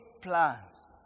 plans